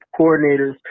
coordinators